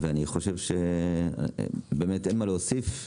אני חושב שאין מה להוסיף.